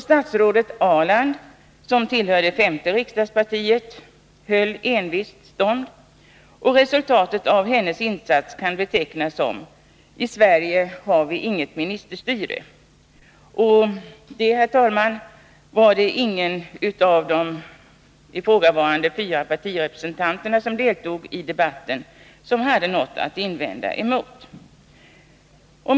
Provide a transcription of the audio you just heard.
Statsrådet Ahrland, som tillhör det femte riksdagspartiet, höll envist stånd, och syftet med hennes insats kunde sägas vara: I Sverige har vi inget ministerstyre. Mot det, herr talman, hade ingen av de ifrågavarande fyra partirepresentanterna som deltog i debatten något att invända.